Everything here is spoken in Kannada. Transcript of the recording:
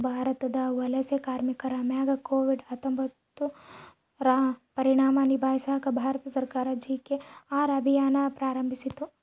ಭಾರತದ ವಲಸೆ ಕಾರ್ಮಿಕರ ಮ್ಯಾಗ ಕೋವಿಡ್ ಹತ್ತೊಂಬತ್ತುರ ಪರಿಣಾಮ ನಿಭಾಯಿಸಾಕ ಭಾರತ ಸರ್ಕಾರ ಜಿ.ಕೆ.ಆರ್ ಅಭಿಯಾನ್ ಪ್ರಾರಂಭಿಸಿತು